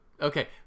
okay